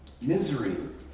Misery